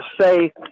say